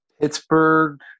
Pittsburgh